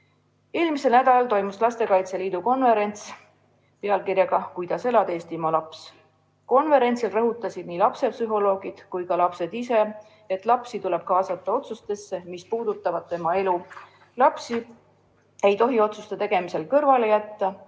Eelmisel nädalal toimus Lastekaitse Liidu konverents pealkirjaga "Kuidas elad, Eestimaa laps?". Konverentsil rõhutasid nii lapsepsühholoogid kui ka lapsed ise, et lapsi tuleb kaasata otsustesse, mis puudutavad tema elu. Lapsi ei tohi otsuste tegemisel kõrvale jätta